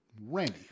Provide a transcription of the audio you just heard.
Randy